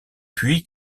puits